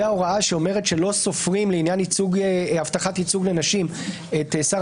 ההוראה שאומרת שלא סופרים לעניין הבטחת ייצוג לנשים את שר